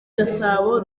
gasabo